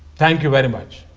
thank you very much.